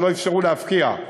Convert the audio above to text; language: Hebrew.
לא אפשרו להפקיע,